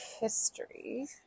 history